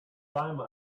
time